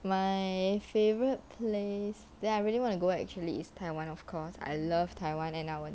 my favourite place that I really want to go actually is taiwan of course I love taiwan and I will